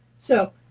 so